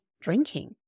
drinking